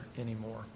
anymore